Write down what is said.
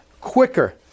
quicker